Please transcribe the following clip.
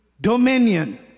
dominion